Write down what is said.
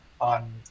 on